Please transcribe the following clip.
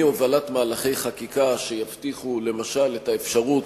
מהובלת מהלכי חקיקה, שיבטיחו למשל את האפשרות,